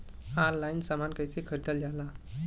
Online समान कैसे खरीदल जाला?